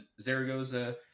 Zaragoza